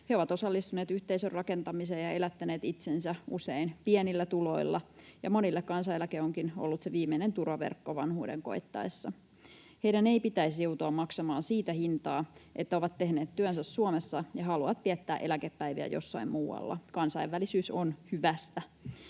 He ovat osallistuneet yhteisön rakentamiseen ja elättäneet itsensä usein pienillä tuloilla, ja monille kansaneläke onkin ollut se viimeinen turvaverkko vanhuuden koittaessa. Heidän ei pitäisi joutua maksamaan hintaa siitä, että ovat tehneet työnsä Suomessa ja haluavat viettää eläkepäiviä jossain muualla. Kansainvälisyys on hyvästä.